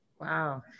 wow